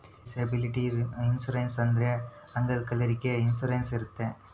disability insurance ಅಂದ್ರೆ ಅಂಗವಿಕಲದವ್ರಿಗೆ insurance ಇರುತ್ತೆ